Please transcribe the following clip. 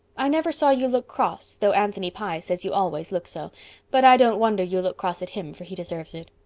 i never saw you look cross though anthony pye says you always look so but i don't wonder you look cross at him for he deserves it.